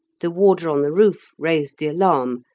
the warder on the roof raised the alarm,